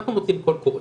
אנחנו מוציאים קול קורא